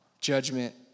judgment